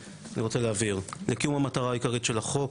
האישי,